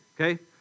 Okay